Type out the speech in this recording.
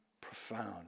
Profound